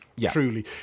truly